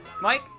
Mike